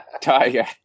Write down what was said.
Tiger